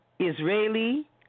Israeli